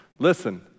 Listen